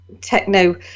techno